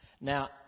Now